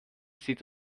sieht